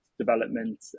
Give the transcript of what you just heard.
development